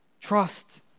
trust